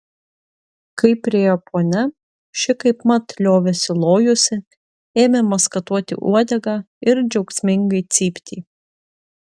kai priėjo ponia ši kaipmat liovėsi lojusi ėmė maskatuoti uodegą ir džiaugsmingai cypti